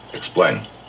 Explain